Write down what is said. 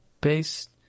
Based